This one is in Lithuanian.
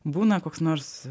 būna koks nors